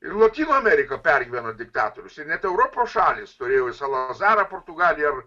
ir lotynų amerika pergyveno diktatorius ir net europos šalys turėjo ir salazarą portugalija ar